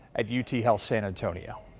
ah duty health san antonio.